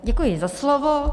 Děkuji za slovo.